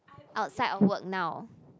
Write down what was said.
outside of work now